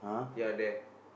ya there